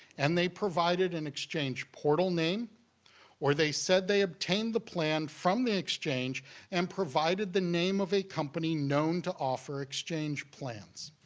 and they provided an exchange portal name or they said they obtained the plan from the exchange and provided the name of a company known to offer exchange plans.